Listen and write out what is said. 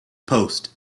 post